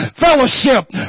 fellowship